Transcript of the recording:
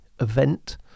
event